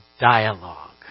dialogue